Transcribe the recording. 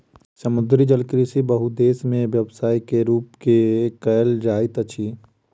समुद्री जलकृषि बहुत देस में व्यवसाय के रूप में कयल जाइत अछि